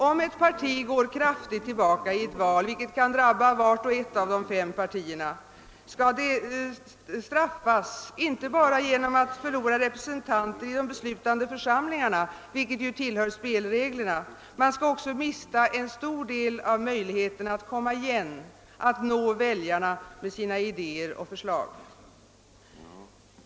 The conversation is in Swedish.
Om ett parti går kraftigt tillbaka i ett val, något som kan drabba vart och ett av de fem partierna, skall det straffas inte bara genom att förlora representanter i de beslutande församlingarna — det tillhör spelreglerna — utan det skall också mista en stor del av möjligheterna att komma igen, att nå väljarna med sina idéer och förslag.